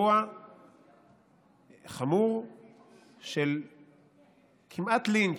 אבל אירוע חמור של כמעט לינץ'